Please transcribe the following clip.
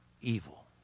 evil